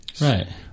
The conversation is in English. Right